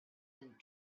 and